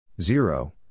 zero